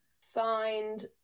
signed